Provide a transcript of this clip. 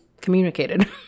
communicated